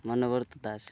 Manobrata Das